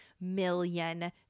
million